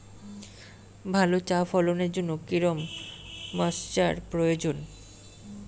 ভালো চা ফলনের জন্য কেরম ময়স্চার প্রয়োজন?